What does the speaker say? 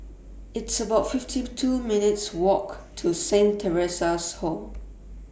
It's about fifty two minutes' Walk to Saint Theresa's Home